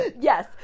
Yes